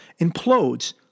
implodes